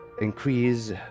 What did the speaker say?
increase